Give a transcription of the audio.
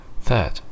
Third